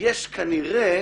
יש כנראה